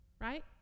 Right